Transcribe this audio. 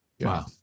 wow